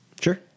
Sure